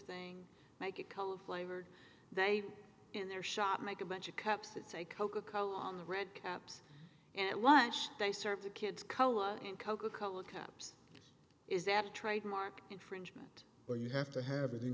thing like a color flavored they in their shop make a bunch of caps that say coca cola on the red caps and lunch they serve to kids koa and coca cola cups is that a trademark infringement or you have to have it in